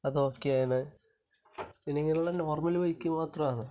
അത് ഓക്കേ ആണ് പിന്നെ ഇങ്ങനെയുള്ള നോർമ്മൽ ബൈക്ക് മാത്രമാണ്